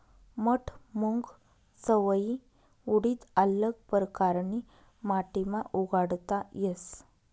मठ, मूंग, चवयी, उडीद आल्लग परकारनी माटीमा उगाडता येस